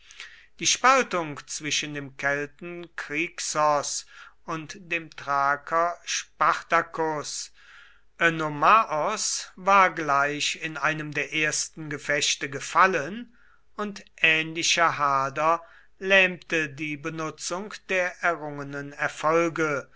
die spaltung zwischen dem kelten krixos und dem thraker spartacus önomaos war gleich in einem der ersten gefechte gefallen und ähnlicher hader lähmte die benutzung der errungenen erfolge